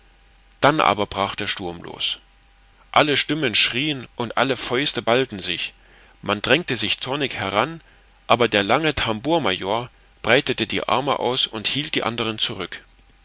dann aber brach der sturm los alle stimmen schrien und alle fäuste ballten sich man drängte sich zornig heran aber der lange tambour major breitete die arme aus und hielt die andern zurück